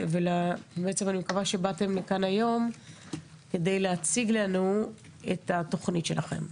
אני מקווה שבאתם לכאן היום כדי להציג לנו את התוכנית שלכם.